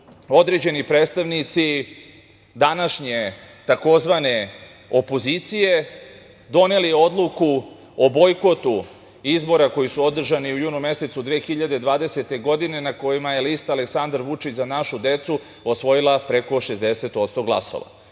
određeni predstavnici današnje tzv. opozicije doneli odluku o bojkotu izbora, koji su održani u junu mesecu 2020. godine, a na kojima je lista Aleksandar Vučić – Za našu decu osvojila preko 60% glasova.